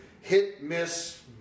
hit-miss